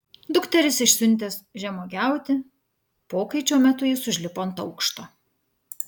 dukteris išsiuntęs žemuogiauti pokaičio metu jis užlipo ant aukšto